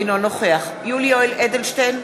אינו נוכח יולי יואל אדלשטיין,